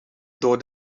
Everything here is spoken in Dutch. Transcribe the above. door